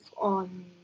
on